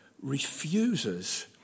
refuses